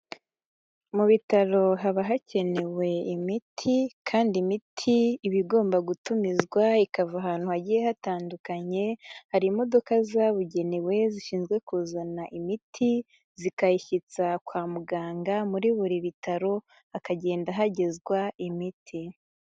Mu bitaro haba hakenewe imiti kandi imiti iba igomba gutumizwa ikava ahantu hagiye hatandukanye, hari imodoka zabugenewe zishinzwe kuzana imiti, zikayishyi kwa muganga muri buri bitaro, hakagenda hagezwa imiti.